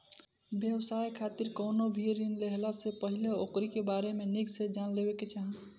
व्यवसाय खातिर कवनो भी ऋण लेहला से पहिले ओकरी बारे में निक से जान लेवे के चाही